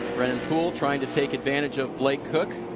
brennan poole trying to take advantage of blake koch.